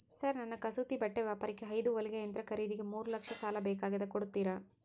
Sir ನನ್ನ ಕಸೂತಿ ಬಟ್ಟೆ ವ್ಯಾಪಾರಕ್ಕೆ ಐದು ಹೊಲಿಗೆ ಯಂತ್ರ ಖರೇದಿಗೆ ಮೂರು ಲಕ್ಷ ಸಾಲ ಬೇಕಾಗ್ಯದ ಕೊಡುತ್ತೇರಾ?